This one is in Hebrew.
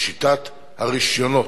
לשיטת הרשיונות.